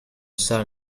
sun